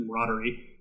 camaraderie